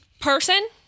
Person